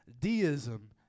Deism